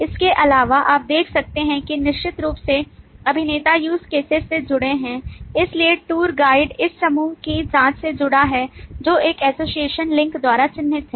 इसके अलावा आप देख सकते हैं कि निश्चित रूप से अभिनेता use cases से जुड़े हैं इसलिए टूर गाइड उस समूह की जाँच से जुड़ा है जो इस एसोसिएशन लिंक द्वारा चिह्नित है